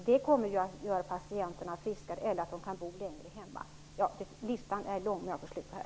Det kommer att göra patienterna friskare eller att de kan bo längre hemma. Listan är lång, men jag får sluta här.